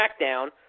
SmackDown